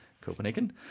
Copenhagen